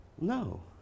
No